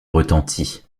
retentit